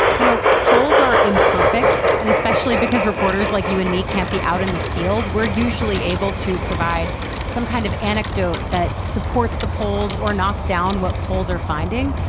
you know, polls are imperfect. and especially because reporters like you and me can't be out in the field. we're usually able to provide some kind of anecdote that supports the polls or knocks down what polls are finding.